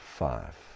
five